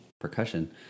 percussion